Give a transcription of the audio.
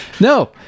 No